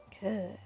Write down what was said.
Good